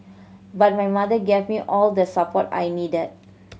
but my mother gave me all the support I needed